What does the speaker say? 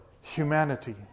humanity